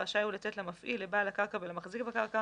רשאי הוא לתת למפעיל ולבעל הקרקע ולמחזיק בקרקע